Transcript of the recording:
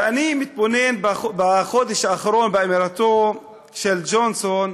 ואני מתבונן בחודש האחרון באמירתו של ג'ונסון,